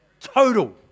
total